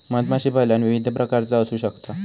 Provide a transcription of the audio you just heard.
मधमाशीपालन विविध प्रकारचा असू शकता